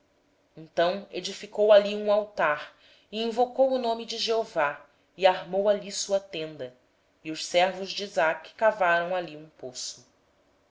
pois edificou ali um altar e invocou o nome do senhor então armou ali a sua tenda e os seus servos cavaram um poço